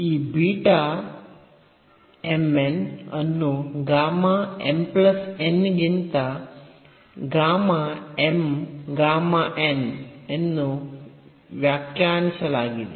ಈ beta m n ಅನ್ನು gamma m n ಗಿಂತ ಗಾಮಾ m ಗಾಮಾ n ಎಂದು ವ್ಯಾಖ್ಯಾನಿಸಲಾಗಿದೆ